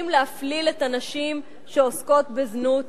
האם להפליל את הנשים שעוסקות בזנות?